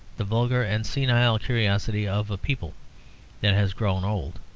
the vulgar and senile curiosity of a people that has grown old,